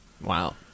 wow